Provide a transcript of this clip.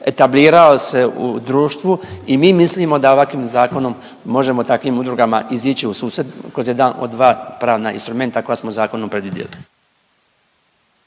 etablirao se u društvu i mi mislimo da ovakvim zakonom možemo takvim udrugama izići u susret kroz jedan od dva pravna instrumenta koja smo zakonom predvidjeli.